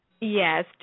Yes